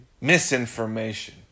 misinformation